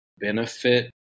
benefit